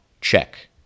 Check